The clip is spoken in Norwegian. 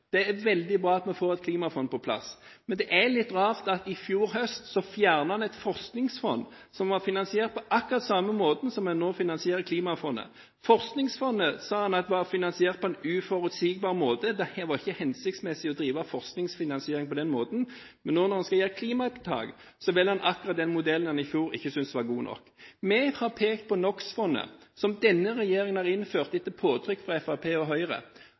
Det er veldig bra at vi får et klimafond på plass, men det er litt rart at man i fjor høst fjernet et forskningsfond som var finansiert på akkurat samme måten som man nå finansierer klimafondet. Man sa at forskningsfondet var finansiert på en «uforutsigbar måte», at det ikke var hensiktsmessig å drive forskningsfinansiering på den måten, men nå når man skal gjøre et klimatiltak, velger man akkurat den modellen man i fjor ikke syntes var god nok. Vi har pekt på NOX-fondet, som denne regjeringen har innført etter påtrykk fra Fremskrittspartiet og Høyre.